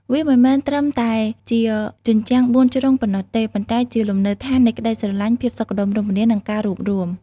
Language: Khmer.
វាមិនមែនត្រឹមតែជាជញ្ជាំងបួនជ្រុងប៉ុណ្ណោះទេ ប៉ុន្តែជាលំនៅដ្ឋាននៃក្ដីស្រឡាញ់ ភាពសុខដុមរមនា និងការរួបរួម។